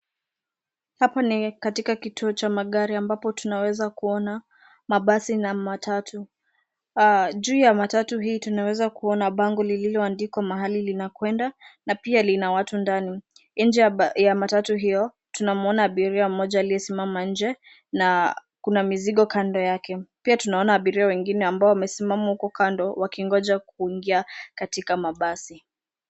Hapa ni katika kituo cha magari ambapo tunaweza kuona mabasi na matatu. Juu ya matatu hii tunaweza kuona bango lililoandikwa mahali linakwenda. Na pia lina watu ndani. Nje ya matatu hiyo tunamwona abiria mmoja aliyesimama nje na kuna mizigo kando yake. Pia tunaona abiria wengine ambao wamesimama huko kando wakingoja kuingia katika mabasi.